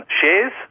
shares